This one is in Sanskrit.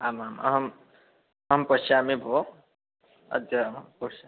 आमाम् अहम् अहं पश्यामि भो अद्याहं पश्यामि